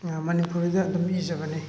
ꯃꯅꯤꯄꯨꯔꯤꯗ ꯑꯗꯨꯝ ꯏꯖꯕꯅꯤ